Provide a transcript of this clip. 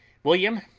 william,